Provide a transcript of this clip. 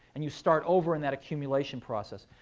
and you start over in that accumulation process.